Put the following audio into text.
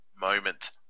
moment